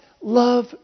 love